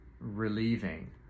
relieving